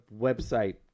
website